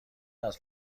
است